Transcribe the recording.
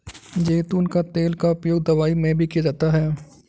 ज़ैतून का तेल का उपयोग दवाई में भी किया जाता है